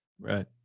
Right